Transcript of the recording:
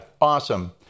Awesome